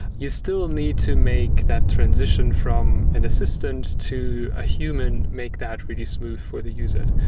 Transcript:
you're still need to make that transition from an assistant to a human. make that really smooth for the user.